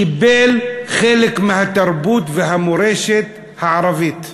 קיבל חלק מהתרבות והמורשת הערבית האסלאמית,